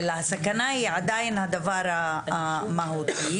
היא עדיין הדבר המהותי,